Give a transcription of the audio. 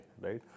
right